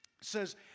says